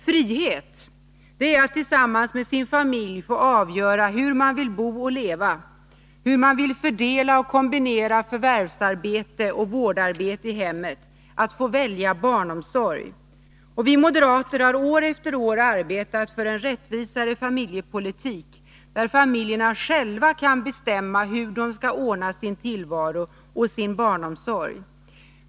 Frihet, det är att tillsammans med sin familj få avgöra hur man vill bo och leva, hur man vill fördela och kombinera förvärvsarbete och vårdarbete i hemmet, att få välja barnomsorg. Vi moderater har år efter år arbetat för en rättvisare familjepolitik, där familjerna själva kan bestämma hur de skall ordna sin tillvaro och sin barnomsorg.